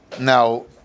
now